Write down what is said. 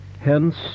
Hence